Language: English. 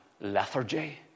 lethargy